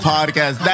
Podcast